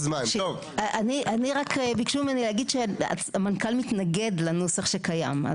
אני רק ביקשו ממני להגיד שהמנכ"ל מתנגד לנוסח שקיים.